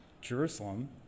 Jerusalem